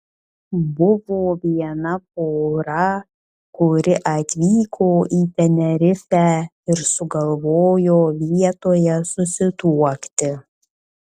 buvo viena pora kuri atvyko į tenerifę ir sugalvojo vietoje susituokti